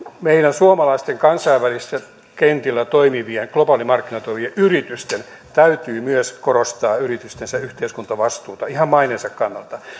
suomalaisten kansainvälisillä kentillä toimivien globaalimarkkinoilla toimivien yritysten täytyy myös korostaa yritystensä yhteiskuntavastuuta ihan maineensa kannalta